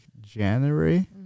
January